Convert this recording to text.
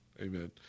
Amen